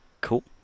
Cool